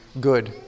good